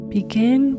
Begin